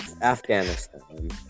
Afghanistan